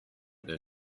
their